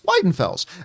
Weidenfels